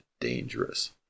dangerous